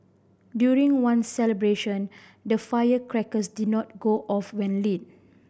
during one celebration the firecrackers did not go off when lit